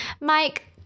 Mike